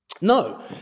No